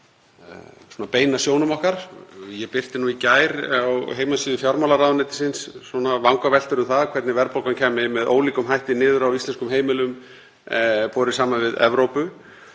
beina sjónum okkar. Ég birti í gær á heimasíðu fjármálaráðuneytisins vangaveltur um það hvernig verðbólgan kæmi með ólíkum hætti niður á íslenskum heimilum borið saman við Evrópu.